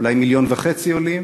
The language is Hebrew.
אולי מיליון וחצי עולים,